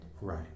Right